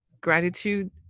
gratitude